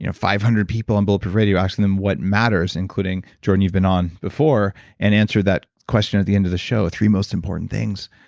you know five hundred people on bulletproof radio asking them what matters including. jordan, you've been on before and answered that question at the end of the show. three most important things.